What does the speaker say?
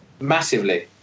Massively